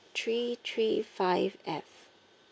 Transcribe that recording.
three three five F